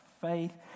faith